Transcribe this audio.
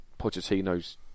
Pochettino's